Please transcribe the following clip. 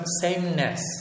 sameness